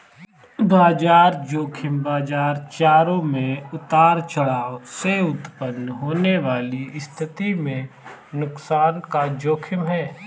बाजार ज़ोखिम बाजार चरों में उतार चढ़ाव से उत्पन्न होने वाली स्थिति में नुकसान का जोखिम है